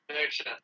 Fiction